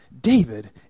david